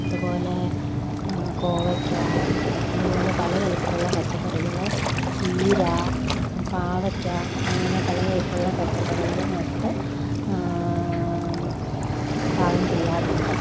അതു പോലെ കോവയ്ക്കാ അതു പോലെ പലതരത്തിലുള്ള പച്ചക്കറികൾ ചീര പാവയ്ക്കാ അങ്ങനെ പലതരത്തിലുള്ള പച്ചക്കറികൾ നട്ട് പാകം ചെയ്യാറുണ്ട്